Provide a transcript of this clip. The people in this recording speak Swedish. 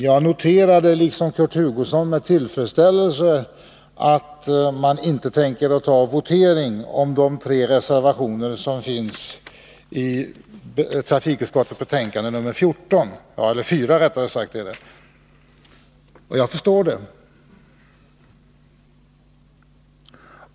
Jag noterade, liksom Kurt Hugosson, med tillfredsställelse att man inte tänker begära votering om de fyra reservationer som är fogade till trafikutskottets betänkande 14. Jag förstår det.